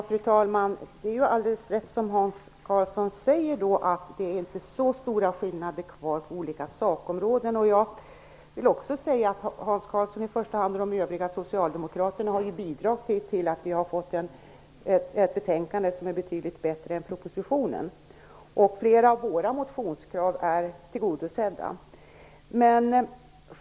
Fru talman! Det är alldeles rätt som Hans Karlsson säger. Det är inte så stora skillnader kvar på olika sakområden. Jag vill också säga att Hans Karlsson själv i första hand - men också de övriga socialdemokraterna - har bidragit till att vi har fått ett betänkandet som är betydligt bättre än propositionen. Flera av våra motionskrav är tillgodosedda.